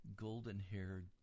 golden-haired